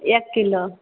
एक किलो